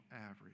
average